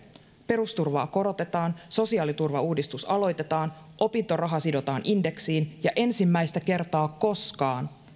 perusturvaa korotetaan sosiaaliturvauudistus aloitetaan opintoraha sidotaan indeksiin ja ensimmäistä kertaa koskaan